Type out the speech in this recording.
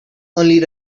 only